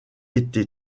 été